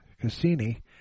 Cassini